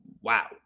Wow